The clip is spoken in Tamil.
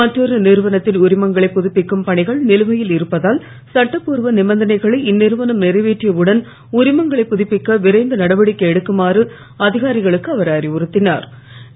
மற்ரெரு நிறுவனத்தின் உரிமங்களைப் புதுப்பிக்கும் பணிகள் நிலுவையில் இருப்பதால் சட்டபூர்வ நிபந்தனைகளை இந்நிறுவனம் நிறைவேற்றியவுடன் உரிமங்களைப் புதுப்பிக்க விரைந்து நடவடிக்கை எடுக்குமாறு அதிகாரிகளுக்கு அவர் அறிவுறுத்தினூர்